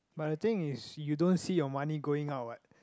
but the thing is you don't see your money going out what